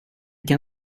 kan